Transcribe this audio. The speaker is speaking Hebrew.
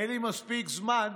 אין לי מספיק זמן,